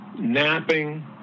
napping